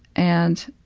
and